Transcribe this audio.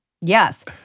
yes